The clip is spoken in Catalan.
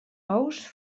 ous